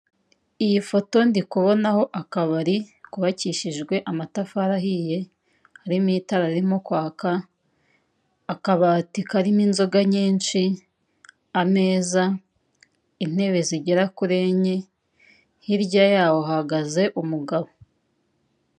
Iyi foto ndikubonaho akabari kubakishijwe amatafari ahiye, harimo itara ririmo kwaka, akabati karimo inzoga nyinshi, ameza, intebe zigera kuri enye, hirya yaho hahagaze umugabo.